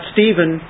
Stephen